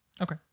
Okay